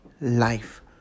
life